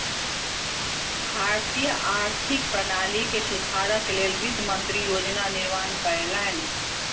भारतीय आर्थिक प्रणाली के सुधारक लेल वित्त मंत्री योजना निर्माण कयलैन